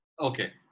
Okay